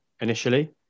initially